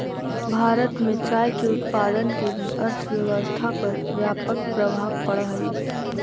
भारत में चाय के उत्पादन के भी अर्थव्यवस्था पर व्यापक प्रभाव पड़ऽ हइ